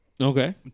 Okay